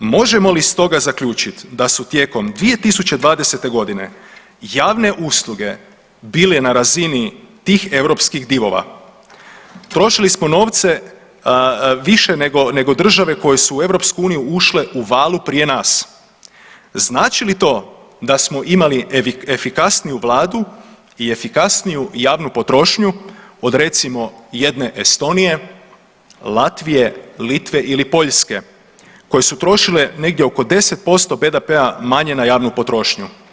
Možemo li stoga zaključit da su tijekom 2020.g. javne usluge bile na razini tih europskih divova, trošili smo novce više nego, nego države koje su u EU ušle u valu prije nas, znači li to da smo imali efikasniju vladu i efikasniju javnu potrošnju od recimo jedne Estonije, Latvije, Litve ili Poljske koje su trošile negdje oko 10% BDP-a manje na javnu potrošnju?